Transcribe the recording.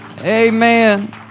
Amen